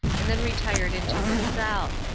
and then retired into his cell.